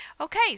Okay